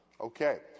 Okay